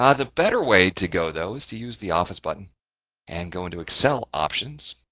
ah the better way to go, though, is to use the office button and go into excel options,